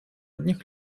одних